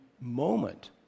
moment